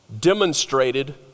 demonstrated